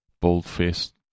bold-faced